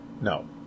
No